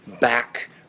back